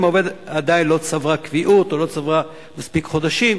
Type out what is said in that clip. אם העובדת עדיין לא צברה קביעות או לא צברה מספיק חודשים,